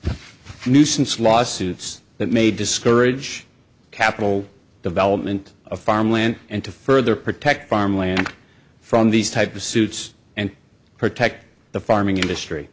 from nuisance lawsuits that may discourage capital development of farmland and to further protect farmland from these type of suits and protect the farming industry